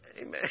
Amen